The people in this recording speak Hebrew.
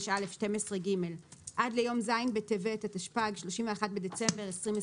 55א12ג עד ליום ז' בטבת התשפ"ג (31 בדצמבר 2022),